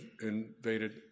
invaded